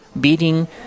beating